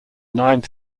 ninth